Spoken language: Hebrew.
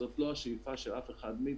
זאת לא השאיפה של אף אחד מאתנו,